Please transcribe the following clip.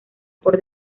por